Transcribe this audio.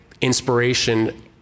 inspiration